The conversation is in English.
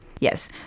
Yes